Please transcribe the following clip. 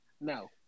no